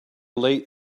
late